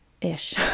ish